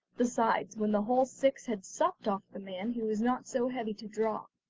besides, when the whole six had supped off the man he was not so heavy to draw.